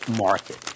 market